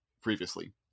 previously